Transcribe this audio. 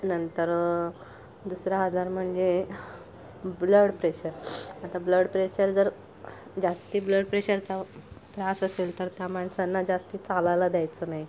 नंतर दुसरा आजार म्हणजे ब्लड प्रेशर आता ब्लड प्रेशर जर जास्ती ब्लड प्रेशरचा त्रास असेल तर त्या माणसांना जास्ती चालायला द्यायचं नाही